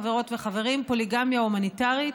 חברות וחברים: פוליגמיה הומניטרית.